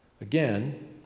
Again